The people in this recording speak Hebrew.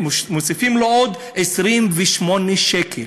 מוסיפים לו עוד 28 שקל,